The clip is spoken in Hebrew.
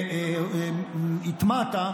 אתה מתנצל שאמרתי לו.